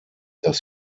dass